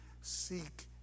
seek